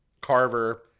Carver